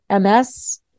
MS